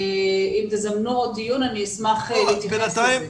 אם תזמנו עוד דיון אני אשמח להתייחס לזה.